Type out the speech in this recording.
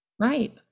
Right